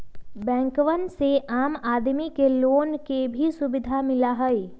बैंकवन से आम आदमी के लोन के भी सुविधा मिला हई